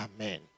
Amen